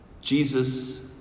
Jesus